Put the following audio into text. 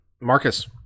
Marcus